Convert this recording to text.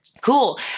Cool